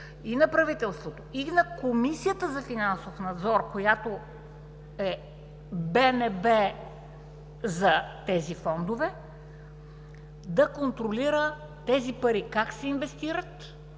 и на правителството, и на Комисията за финансов надзор, която е БНБ за тези фондове, да контролира тези пари как се инвестират,